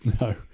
No